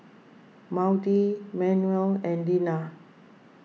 Maudie Manuel and Dinah